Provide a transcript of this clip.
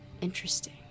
interesting